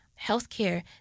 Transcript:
healthcare